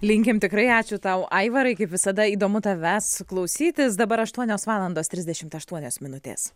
linkim tikrai ačiū tau aivarai kaip visada įdomu tavęs klausytis dabar aštuonios valandos trisdešimt aštuonios minutės